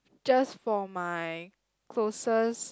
just for my closest